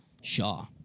Shaw